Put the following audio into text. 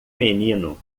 menino